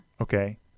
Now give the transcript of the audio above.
Okay